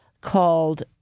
called